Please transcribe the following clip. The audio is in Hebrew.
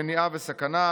מניעה וסכנה,